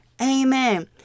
Amen